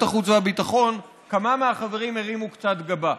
החוץ והביטחון כמה מהחברים הרימו גבה.